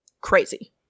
Crazy